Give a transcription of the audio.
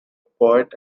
poet